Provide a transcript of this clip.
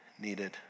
needed